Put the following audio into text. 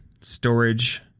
storage